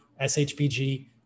SHBG